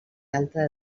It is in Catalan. alta